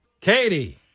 Katie